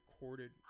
recorded